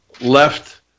left